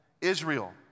Israel